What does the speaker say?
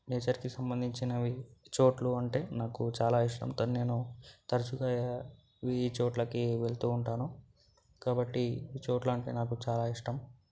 నేచర్కి సంబంధించినవి చోట్లు అంటే నాకు చాలా ఇష్టం కానీ నేను తరచుగా ఈ చోట్లకి వెళుతూ ఉంటాను కాబట్టి ఈ చోట్ల అంటే నాకు చాలా ఇష్టం